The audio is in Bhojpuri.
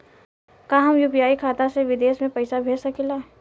का हम यू.पी.आई खाता से विदेश में पइसा भेज सकिला?